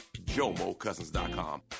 JomoCousins.com